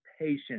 patient